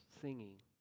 singing